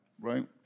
right